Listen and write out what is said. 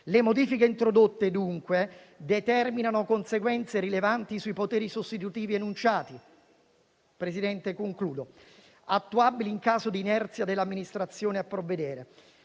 Le modifiche introdotte, dunque, determinano conseguenze rilevanti sui poteri sostitutivi enunciati, attuabili in caso di inerzia dell'amministrazione a provvedere.